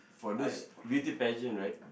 for those beauty pageant right